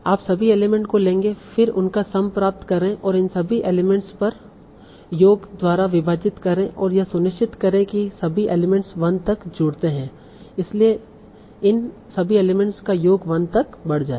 आप सभी एलिमेंट को लेंगे फिर उनका सम प्राप्त करे और इन सभी एलिमेंट पर योग द्वारा विभाजित करें और यह सुनिश्चित करे कि सभी एलिमेंट 1 तक जुड़ते हैं इसलिए इन सभी एलिमेंट्स का योग 1 तक बढ़ जाएगा